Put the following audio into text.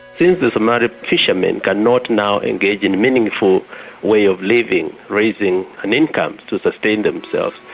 since the somali fishermen cannot now engage in a meaningful way of living, raising an income to sustain themselves,